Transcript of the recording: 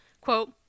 quote